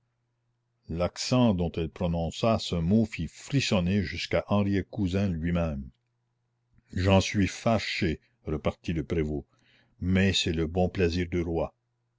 l'accent dont elle prononça ce mot fit frissonner jusqu'à henriet cousin lui-même j'en suis fâché repartit le prévôt mais c'est le bon plaisir du roi